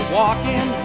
walking